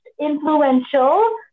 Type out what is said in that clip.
Influential